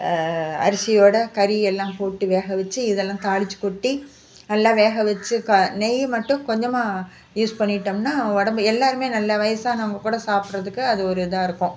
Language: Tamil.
அரிசியோடு கறி எல்லாம் போட்டு வேக வச்சு இதெல்லாம் தாளித்து கொட்டி நல்லா வேக வச்சு க நெய் மட்டும் கொஞ்சமாக யூஸ் பண்ணிவிட்டோம்னா உடம்பு எல்லாேருமே நல்லா வயதானவுங்க கூட சாப்பிட்றத்துக்கு அது ஒரு இதாக இருக்கும்